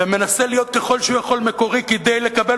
ומנסה להיות ככל שהוא יכול מקורי כדי לקבל